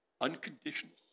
unconditional